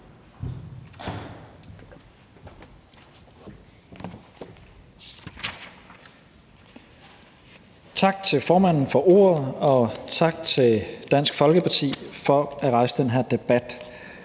Tak til formanden for ordet, og tak til Dansk Folkeparti for at rejse den her debat,